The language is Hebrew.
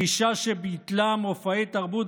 הגישה שביטלה מופעי תרבות,